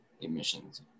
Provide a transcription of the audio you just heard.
emissions